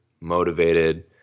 motivated